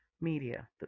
media